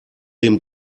dem